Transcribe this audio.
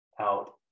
out